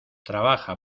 trabaja